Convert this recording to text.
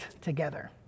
together